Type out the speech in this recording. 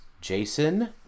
Jason